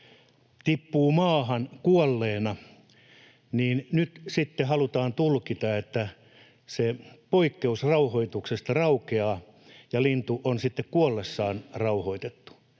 tippuu maahan kuolleena, niin nyt sitten halutaan tulkita, että se poikkeus rauhoituksesta raukeaa ja lintu on sitten kuollessaan rauhoitettu.